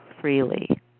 freely